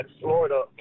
Florida